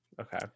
Okay